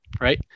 Right